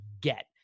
get